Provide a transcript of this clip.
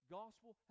gospel